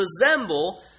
resemble